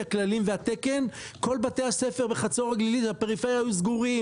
הכללים והתקן כל בתי הספר בחצור הגלילית ובפריפריה היו סגורים.